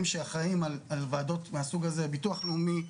שאחראים על ועדות מהסוג הזה - ביטוח לאומי,